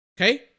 Okay